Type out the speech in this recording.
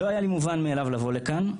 לא היה לי מובן מאליו לבוא לכאן,